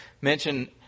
mention